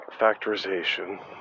factorization